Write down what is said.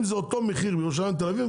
אם זה אותו המחיר בירושלים ובתל אביב,